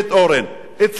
אצלם לא.